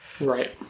Right